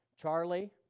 Charlie